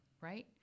right